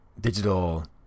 digital